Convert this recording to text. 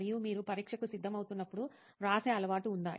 మరియు మీరు పరీక్షకు సిద్ధమవుతున్నప్పుడు వ్రాసే అలవాటు ఉందా